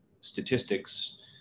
statistics